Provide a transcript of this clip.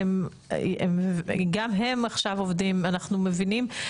גם הם עכשיו עובדים ואנחנו מבינים.